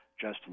Justin